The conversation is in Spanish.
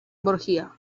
borgia